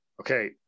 okay